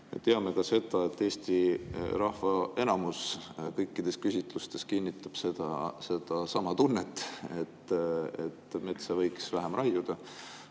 Teame ka seda, et Eesti rahva enamus kõikides küsitlustes kinnitab sedasama tunnet, et metsa võiks vähem raiuda,